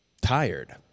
tired